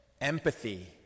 empathy